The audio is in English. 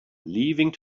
leaving